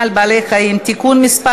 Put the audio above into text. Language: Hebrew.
על בעלי-חיים) (תיקון מס'